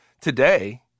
Today